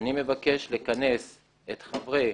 אני מבקש לכנס את חברי